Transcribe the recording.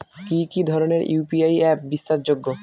কি কি ধরনের ইউ.পি.আই অ্যাপ বিশ্বাসযোগ্য?